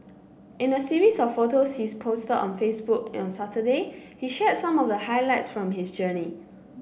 in a series of photos he posted on Facebook on Saturday he shared some of the highlights from his journey